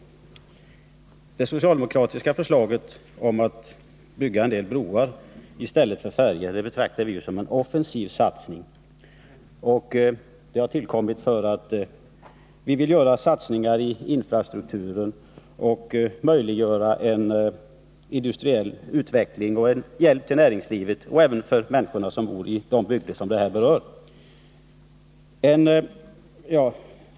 Det som föreslagits i den socialdemokratiska motionen om att bygga en del broar för att ersätta vissa färjeleder betraktar vi som en offensiv satsning. Förslaget har tillkommit mot bakgrund av att vi vill göra satsningar i infrastrukturen och möjliggöra en industriell utveckling i berörda områden. Vi menar att satsningen kan bli till hjälp för näringslivet och även för de människor som bor i de bygder som satsningen berör.